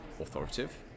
authoritative